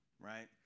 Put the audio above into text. right